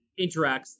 interacts